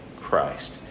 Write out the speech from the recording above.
Christ